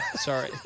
sorry